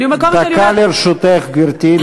דקה לרשותך, גברתי.